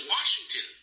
Washington